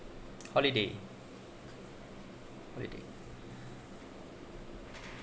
holiday holiday